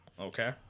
Okay